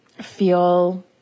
feel